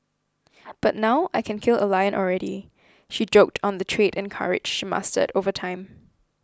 but now I can kill a lion already she joked on the trade and courage she mastered over time